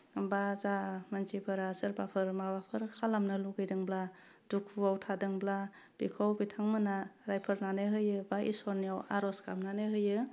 होमबा जा मानसिफोरा सोरबाफोर माबाफोर खालामनो लुगैदोंब्ला दुखुवाव थादोंब्ला बेखौ बिथांमोनहा रायफोरनानै होयो बा ईश्वोरनियाव आरज गाबनानै होयो